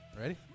ready